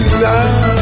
love